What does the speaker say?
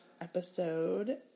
episode